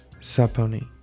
Saponi